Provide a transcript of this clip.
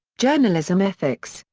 journalism ethics,